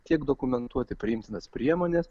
tiek dokumentuoti priimtinas priemones